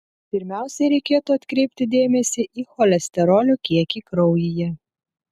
pirmiausiai reikėtų atkreipti dėmesį į cholesterolio kiekį kraujyje